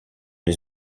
les